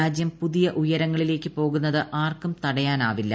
രാജ്യം പ്പുതീയു ഉയരങ്ങളിലേക്ക് പോകുന്നത് ആർക്കും തടയാനാവില്ല